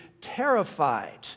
terrified